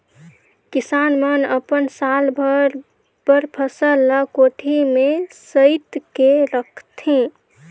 किसान मन अपन साल भर बर फसल ल कोठी में सइत के रखथे